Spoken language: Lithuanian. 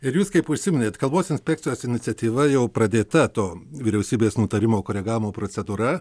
ir jūs kaip užsiminėt kalbos inspekcijos iniciatyva jau pradėta to vyriausybės nutarimo koregavimo procedūra